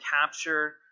capture